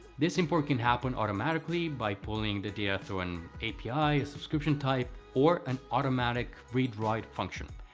this import can happen automatically by pulling the data through an api, a subscription type, or an automatic read write function,